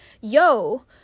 yo